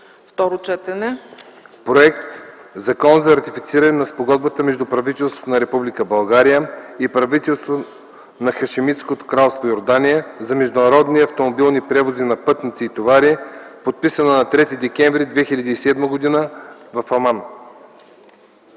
относно Законопроект за ратифициране на Спогодбата между правителството на Република България и правителството на Хашемитско кралство Йордания за международни автомобилни превози на пътници и товари, подписана на 3 декември 2007 г. в Аман,